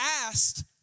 asked